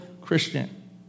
Christian